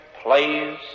plays